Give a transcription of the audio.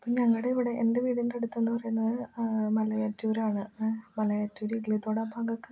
ഇപ്പം ഞങ്ങടിവിടെ എൻ്റെ വീടിൻ്റടുത്തു എന്നു പറയുന്നത് മലയാറ്റൂരാണ് മലയാറ്റൂര് ഇല്ലിത്തോടൻ ഭാഗത്ത്